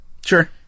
Sure